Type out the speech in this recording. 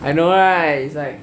I know right is like